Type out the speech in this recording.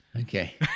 okay